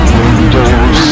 Windows